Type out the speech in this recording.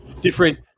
different